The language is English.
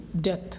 death